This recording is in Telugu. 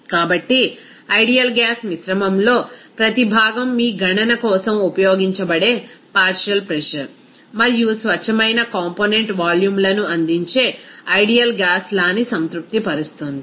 కాబట్టి ఐడియల్ గ్యాస్ మిశ్రమంలో ప్రతి భాగం మీ గణన కోసం ఉపయోగించబడే పార్షియల్ ప్రెజర్ మరియు స్వచ్ఛమైన కాంపోనెంట్ వాల్యూమ్లను అందించే ఐడియల్ గ్యాస్ లా ని సంతృప్తిపరుస్తుంది